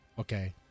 Okay